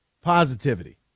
positivity